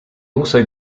also